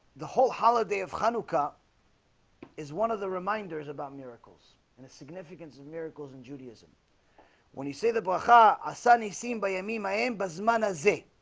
the whole holiday of hanukkah is one of the reminders about miracles and the significance of miracles and judaism when you say the baha a suddenly seen by a me my amba's manna zing